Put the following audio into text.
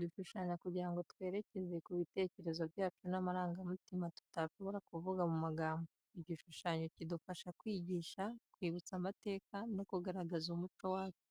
Dushushanya kugira ngo twerekeze ku bitekerezo byacu n’amarangamutima tutashobora kuvuga mu magambo. Igishushanyo kidufasha kwigisha, kwibutsa amateka, no kugaragaza umuco wacu.